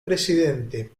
presidente